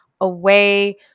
away